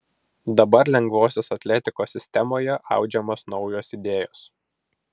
dabar lengvosios atletikos sistemoje audžiamos naujos idėjos